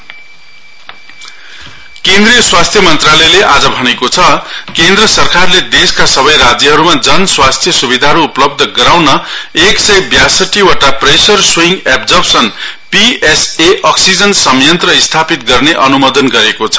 oxygen plant केन्द्रिय स्वास्थ्य मन्त्रालयले आज भनेको छ केन्द्र सरकारले देशका सबै राज्यहरूमा जन स्वास्थ्य सुविधाहरू उपलब्ध गराउँन एक सय व्यासट्टी वटा pressure swing absorption P S A oxygen संयन्त्र स्थापित गर्ने अनुमोदन गरेको छ